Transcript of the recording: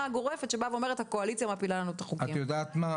גורפת שבאה ואומרת "הקואליציה מפילה לנו את החוקים" את יודעת מה?